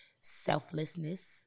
selflessness